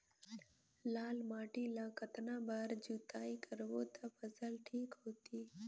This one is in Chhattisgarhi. लाल माटी ला कतना बार जुताई करबो ता फसल ठीक होती?